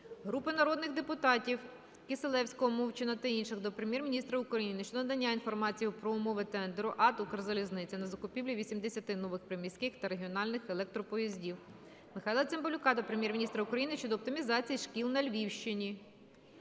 Групи народних депутатів (Кисилевського, Мовчана та інших) до Прем'єр-міністра України щодо надання інформації про умови тендеру АТ "Укрзалізниця" на закупівлю 80 нових приміських та регіональних електропоїздів. Михайла Цимбалюка до Прем'єр-міністра України щодо оптимізації шкіл на Львівщині.